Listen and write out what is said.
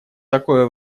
такое